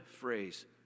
phrase